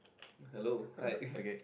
hello hi